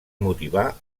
motivar